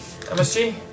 MSG